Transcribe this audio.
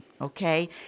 okay